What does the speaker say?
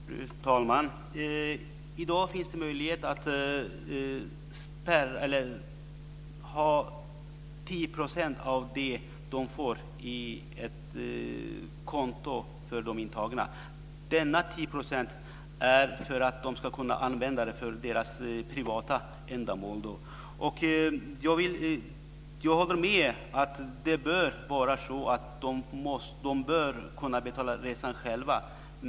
Fru talman! I dag finns det möjlighet att ta 10 % av det de intagna får på ett konto. Dessa 10 % ska kunna användas för deras privata ändamål. Jag håller med om att det bör vara så att de bör kunna betala resan själva.